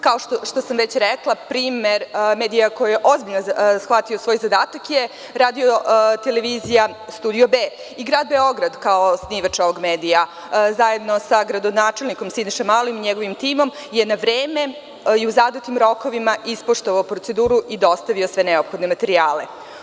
Kao što sam već rekla, primer medija koji je ozbiljno shvatio svoj zadatak je RTV Studio B i Grad Beograd kao osnivač ovog medija, zajedno sa gradonačelnikom Sinišom Malim i njegovim timom, je na vreme i u zadatim rokovima ispoštovao proceduru i dostavio sve neophodne materijale.